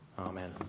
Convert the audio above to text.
Amen